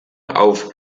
auf